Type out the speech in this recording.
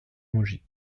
maugis